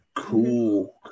Cool